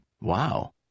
Wow